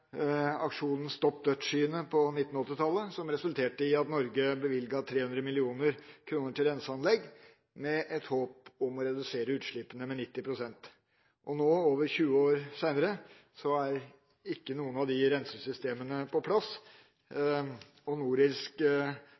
aksjonen «Stopp dødsskyene fra Sovjet» på 1980-tallet, som resulterte i at Norge bevilget 300 mill. kr til renseanlegg med et håp om å redusere utslippene med 90 pst. Nå, over 20 år senere, er ikke noen av de rensesystemene på plass.